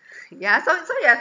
yeah so so you have